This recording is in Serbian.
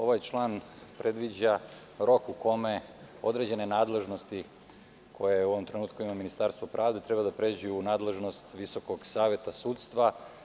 Ovaj član predviđa rok u kome određene nadležnosti koje u ovom trenutku ima Ministarstvo pravde treba da pređu u nadležnost Visokog saveta sudstva.